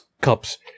cups